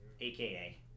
aka